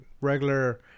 regular